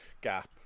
gap